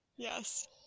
Yes